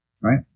right